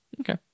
okay